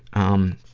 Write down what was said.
um,